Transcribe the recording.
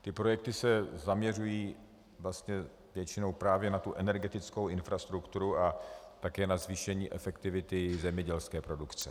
Ty projekty se zaměřují vlastně většinou právě na energetickou infrastrukturu a také na zvýšení efektivity zemědělské produkce.